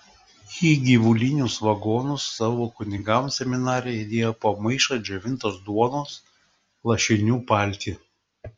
į gyvulinius vagonus savo kunigams seminarija įdėjo po maišą džiovintos duonos lašinių paltį